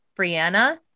Brianna